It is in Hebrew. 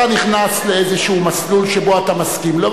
אתה נכנס לאיזשהו מסלול שבו אתה מסכים לו,